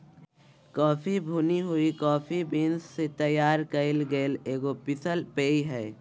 coffee भुनी हुई coffee beans से तैयार कइल गेल एगो पीसल पेय हइ